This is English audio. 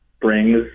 brings